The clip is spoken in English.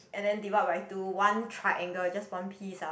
and then divide by two one triangle just one piece um